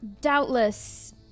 Doubtless